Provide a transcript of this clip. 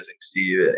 Steve